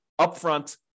upfront